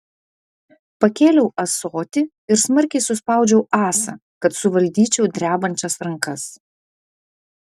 pakėliau ąsotį ir smarkiai suspaudžiau ąsą kad suvaldyčiau drebančias rankas